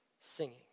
singing